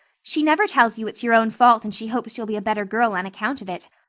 she never tells you it's your own fault and she hopes you'll be a better girl on account of it.